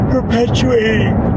Perpetuating